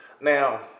Now